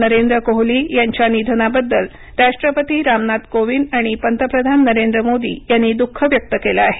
नरेंद्र कोहली यांच्या निधनाबद्दल राष्ट्रपती रामनाथ कोविंद आणि पंतप्रधान नरेंद्र मोदी यांनी दुःख व्यक्त केलं आहे